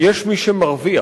יש מי שמרוויח.